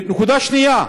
נקודה שנייה,